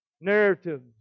narratives